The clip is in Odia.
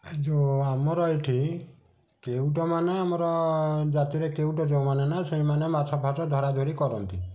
ଯୋଉ ଆମର ଏଠି କେଉଁଟ ମାନେ ଆମର ଜାତିରେ କେଉଁଟ ଯୋଉମାନେ ନା ସେଇମାନେ ମାଛଫାଛ ଧରାଧରି କରନ୍ତି